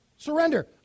Surrender